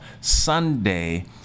Sunday